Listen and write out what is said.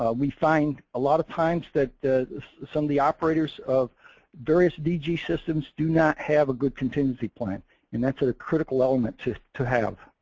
we find a lot of times that some of the operators of various dg systems do not have a good contingency plan and that's a critical element to to have.